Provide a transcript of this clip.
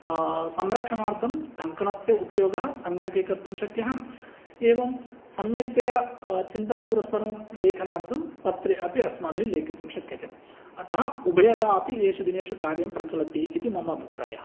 संरक्षणार्थं टङ्कनस्य उपयोगः सङ्गणके कर्तुं शक्यः एवं सम्यक्तया चिन्तनपुरस्सरं लेखनार्थं पत्रेऽपि अस्माभिः लेखितुं शक्यते अतः उभयथा अपि एषु दिनेषु कार्यं प्रचलति इति मम अभिप्रायः